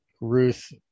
Ruth